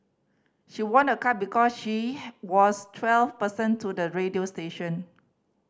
she won a car because she was twelfth person to the radio station